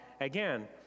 again